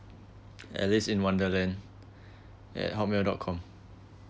alice in wonderland at hotmail dot com